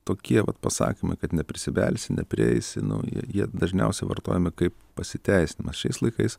tokie vat pasakymai kad neprisibelsi neprieisi nu jie jie dažniausiai vartojami kaip pasiteisinimas šiais laikais